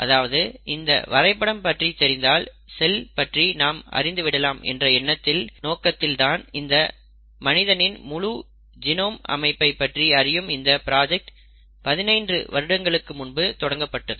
அதாவது இந்த வரைபடம் பற்றி தெரிந்தால் செல் பற்றி நாம் அறிந்து விடலாம் என்ற எண்ணத்தின் நோக்கத்தில் தான் மனிதனின் முழு ஜெணோம் அமைப்பை பற்றி அறியும் இந்த ப்ராஜக்ட் 15 வருடங்களுக்கு முன்பு தொடங்கப்பட்டது